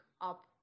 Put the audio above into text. up